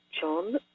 John